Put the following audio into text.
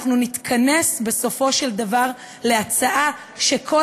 ואנחנו נתכנס בסופו של דבר להצעה שכל